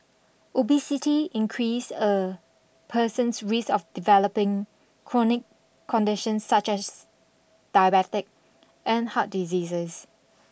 obesity increase a person's risk of developing chronic conditions such as diabetic and heart diseases